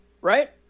right